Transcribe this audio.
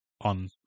on